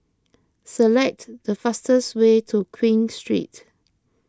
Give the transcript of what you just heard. select the fastest way to Queen Street